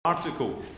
Article